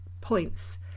points